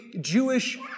Jewish